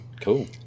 Cool